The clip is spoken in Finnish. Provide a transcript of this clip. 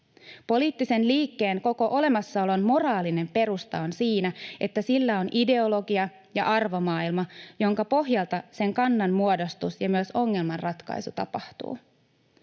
Poliittisen liikkeen koko olemassaolon moraalinen perusta on siinä, että sillä on ideologia ja arvomaailma, jonka pohjalta sen kannanmuodostus ja myös ongelmanratkaisu tapahtuu.